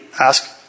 Ask